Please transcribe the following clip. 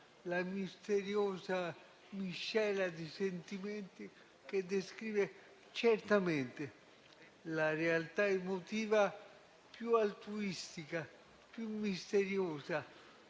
la misteriosa miscela di sentimenti che descrive certamente la realtà emotiva più altruistica, più misteriosa,